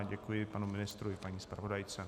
Děkuji panu ministrovi i paní zpravodajce.